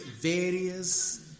various